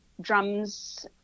drums